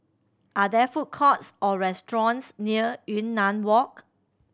are there food courts or restaurants near Yunnan Walk